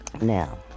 Now